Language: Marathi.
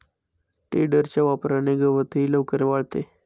टेडरच्या वापराने गवतही लवकर वाळते